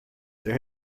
there